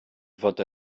fod